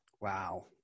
Wow